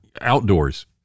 outdoors